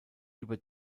über